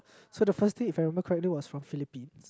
so the first team if I remember correctly was from Philippines